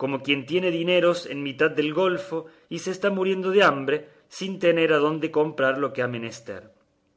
como quien tiene dineros en mitad del golfo y se está muriendo de hambre sin tener adonde comprar lo que ha menester